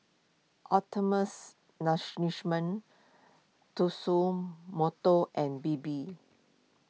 Optimums Tatsumoto and Bebe